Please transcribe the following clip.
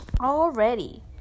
already